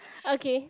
okay